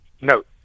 No